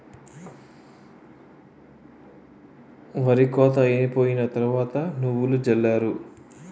ఒరి కోత అయిపోయిన తరవాత నువ్వులు జల్లారు